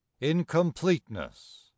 Incompleteness